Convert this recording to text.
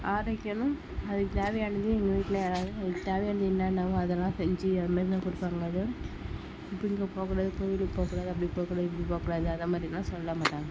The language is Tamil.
ஆரோக்கியம்ன்னு அதுக்கு தேவையானதும் எங்கள் வீட்டில் யாராவது தேவையானது என்னென்னவோ அதெலாம் செஞ்சு அது மாதிரி நமக்கு கொடுப்பாங்க வெளியில் போகக்கூடாது கோயிலுக்கு போகக்கூடாது அப்படி போகக்கூடாது இப்படி போகக்கூடாது அதை மாதிரிலாம் சொல்ல மாட்டாங்க